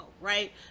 right